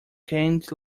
canned